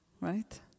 right